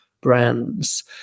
Brands